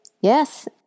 Yes